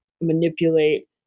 manipulate